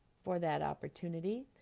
for that opportunity.